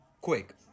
quick